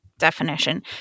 definition